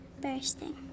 bursting